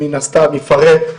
שמן הסתם יפרט,